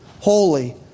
holy